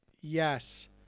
yes